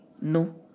No